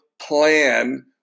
plan